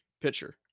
pitcher